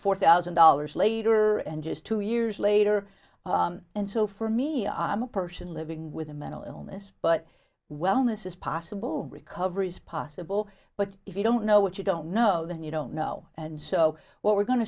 four thousand dollars later and just two years later and so for me i'm a person living with a mental illness but wellness is possible recovery is possible but if you don't know what you don't know then you don't know and so what we're going to